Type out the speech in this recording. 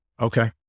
Okay